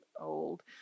old